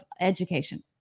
Education